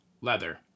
Leather